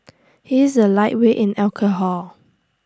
he is A lightweight in alcohol